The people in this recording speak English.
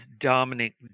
Dominic